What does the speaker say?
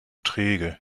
träge